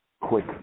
Quick